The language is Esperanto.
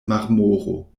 marmoro